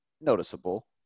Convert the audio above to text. noticeable